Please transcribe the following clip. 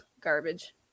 garbage